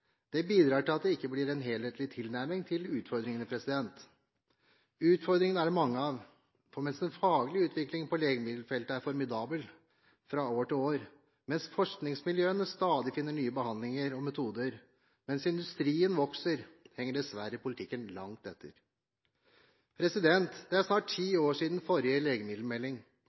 Det bidrar til at det ikke blir en helhetlig tilnærming til utfordringene. Og utfordringer er det mange av, for mens den faglige utviklingen på legemiddelfeltet er formidabel fra år til år, mens forskningsmiljøene stadig finner nye behandlinger og metoder, og mens industrien vokser, henger dessverre politikken langt etter. Det er snart ti år siden forrige legemiddelmelding.